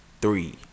three